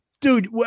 Dude